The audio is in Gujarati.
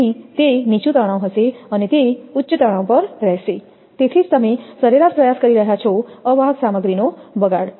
તેથી તે નીચું તણાવ હશે અને તે ઉચ્ચ તાણ પર રહેશે તેથી જ તમે સરેરાશ પ્રયાસ કરી રહ્યા છો અવાહક સામગ્રીનો બગાડ